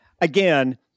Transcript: again